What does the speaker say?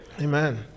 amen